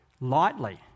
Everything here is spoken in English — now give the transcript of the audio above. lightly